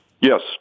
Yes